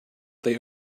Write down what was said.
they